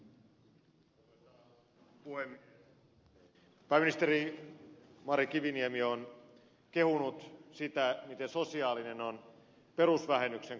pääministeri mari kiviniemi on kehunut sitä miten sosiaalinen on perusvähennyksen korotus